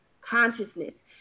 consciousness